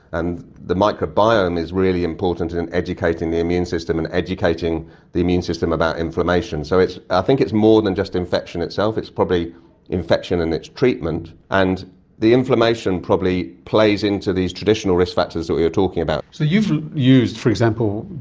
and the microbiome is really important in educating the immune system and educating the immune system about inflammation. so i think it's more than just infection itself, it's probably infection and its treatment. and the inflammation probably plays into these traditional risk factors that we are talking about. so you've used, for example,